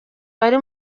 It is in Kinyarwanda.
bari